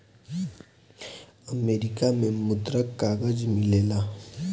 America में मुद्रक कागज मिलेला